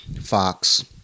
Fox